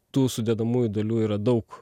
tų sudedamųjų dalių yra daug